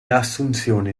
assunzione